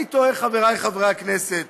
אני תוהה, חבריי חברי הכנסת,